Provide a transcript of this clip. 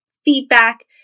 Feedback